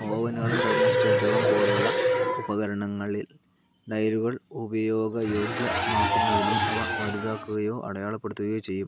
ഓവനുകളും തെർമോസ്റ്റാറ്റുകളും പോലുള്ള ഉപകരണങ്ങളിൽ ഡയലുകൾ ഉപയോഗയോഗ്യമാക്കുന്നതിന് അവ വലുതാക്കുകയോ അടയാളപ്പെടുത്തുകയോ ചെയ്യും